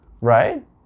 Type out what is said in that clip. right